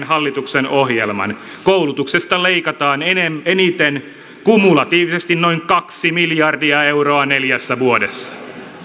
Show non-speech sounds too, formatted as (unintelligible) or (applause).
(unintelligible) hallituksen ohjelman koulutuksesta leikataan eniten kumulatiivisesti noin kaksi miljardia euroa neljässä vuodessa